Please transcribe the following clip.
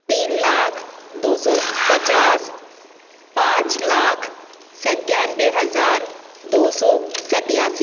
तीन लाख दो सौ पचास पाँच लाख सत्तानबे हजार दो सौ सत्तासी